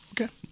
Okay